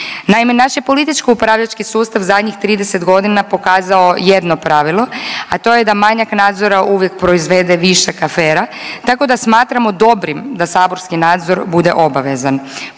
Naime, naš je političko upravljački sustav zadnjih 30 godina pokazao jedno pravilo, a to je da manjak nadzora uvijek proizvede višak afera tako da smatramo dobrim da saborski nadzor bude obavezan.